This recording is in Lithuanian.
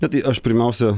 ne tai aš pirmiausia